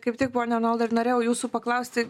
kaip tik pone arnoldai ir norėjau jūsų paklausti